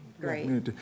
Great